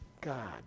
God